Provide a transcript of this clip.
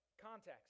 Context